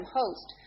host